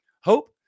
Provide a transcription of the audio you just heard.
hope